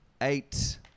Eight